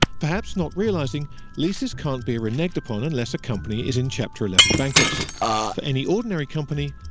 perhaps not realizing leases can't be reneged upon unless a company is in chapter eleven bankruptcy. for any ordinary company,